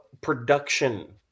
Production